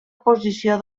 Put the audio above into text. posició